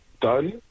done